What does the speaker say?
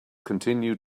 continued